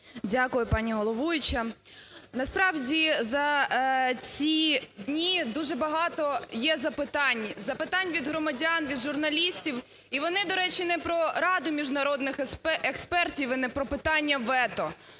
Дякую, пані головуюча. Насправді за ці дні дуже багато є запитань, запитань від громадян, від журналістів і вони, до речі, не про Раду міжнародних експертів і не про питання вето.